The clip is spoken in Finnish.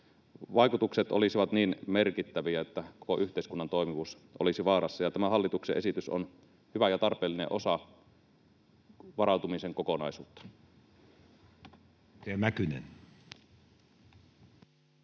Vaikutukset olisivat niin merkittäviä, että koko yhteiskunnan toimivuus olisi vaarassa, ja tämä hallituksen esitys on hyvä ja tarpeellinen osa varautumisen kokonaisuutta.